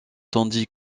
tandis